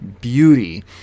beauty